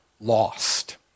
lost